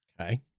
Okay